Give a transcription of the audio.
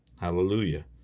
Hallelujah